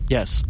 Yes